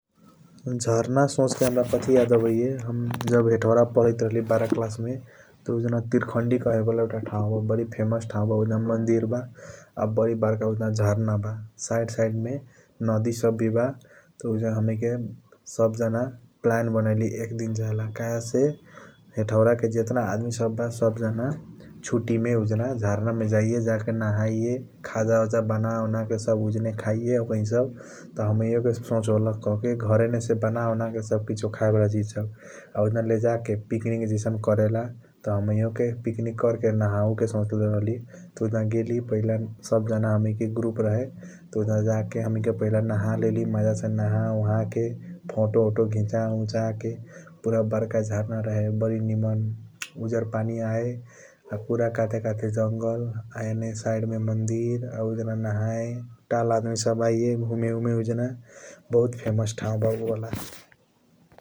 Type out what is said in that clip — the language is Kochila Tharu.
झारना सोच के हाम्रा कथी याद आबाइया हम जब हेटाउदा पढ़ाइट राहली बार क्लास मे त उजना त्रिकंडी कहे वाला एउटा ठाऊ बा । बारी फेमस ठाऊ बा उजना मंदिर बा आ बारी बरका उजन झारना बा साइड साइड मे उजान नदी सब वी बा त उआजन हमैके सब जाना प्लान बनेली एक दिन जायला । कहेसे हेटाउदा के जटना आदमी सब बा सब जाना सूती मे उजना जाइया आ जाके नहैया खाजा ओज बना ओनके सब जाना उजने खाईया । ओकाईं सब त हमाइयों के सोच होलख कहके घर मे से बना ऑनके सब किसीओ खाया वाला चीज सब आ उजना लेजके पिकनिक जैसन चीज सब अकरेला । त हमाइयों के पिकनिक कर के नहाया के सोच ले राहली त उजान गेली पहिला सब जाना ग्रुप रहे त उजाना जाके पहिला नह लेली नह ओह के फोटो ऑटो घिचा उचा के । पूरा बरका झारना रहे बारी निमन उजर पनि आइय आ पूरा काटे काटे जंगल आ यने साइड मे मंदिर आ उजान नहया ताल आदमी सब आइय घूमे उजाना बहुत फेमस ठाऊ ब उ वाला ।